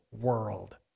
world